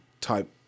type